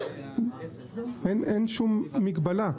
אין שום מגבלה.